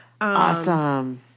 Awesome